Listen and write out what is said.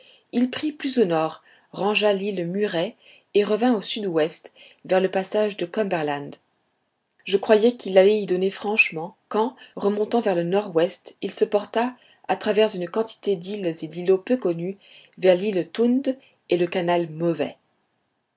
il prit plus au nord rangea l'île murray et revint au sud-ouest vers le passage de cumberland je croyais qu'il allait y donner franchement quand remontant dans le nord-ouest il se porta à travers une grande quantité d'îles et d'îlots peu connus vers l'île tound et le canal mauvais